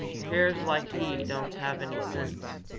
pears like he doan have any sense.